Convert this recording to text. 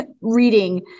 reading